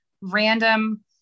random